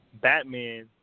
Batman